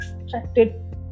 extracted